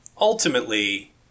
ultimately